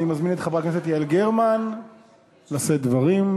אני מזמין את חברת הכנסת יעל גרמן לשאת דברים.